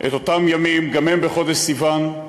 את אותם ימים, גם הם בחודש סיוון,